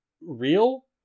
real